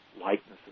likenesses